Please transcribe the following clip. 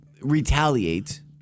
retaliate